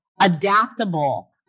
adaptable